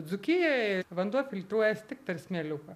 dzūkijoje vanduo filtruojasi tik per smėliuką